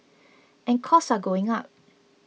and costs are going up